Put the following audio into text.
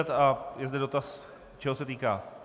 A je zde dotaz, čeho se týká.